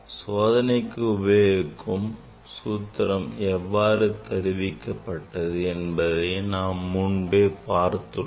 சோதனைக்கு உபயோகிக்கும் சூத்திரம் எவ்வாறு தருவிக்கப்பட்டது என்பதை பற்றி நாம் முன்பே பார்த்தோம்